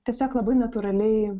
tiesiog labai natūraliai